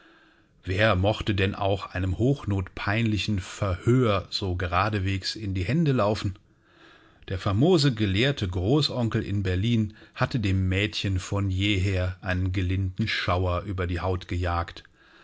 wer mochte denn auch einem hochnotpeinlichen verhör so geradewegs in die hände laufen der famose gelehrte großonkel in berlin hatte dem mädchen von jeher einen gelinden schauder über die haut gejagt